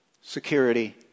security